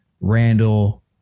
Randall